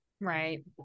right